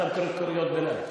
את בקריאות ביניים.